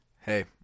hey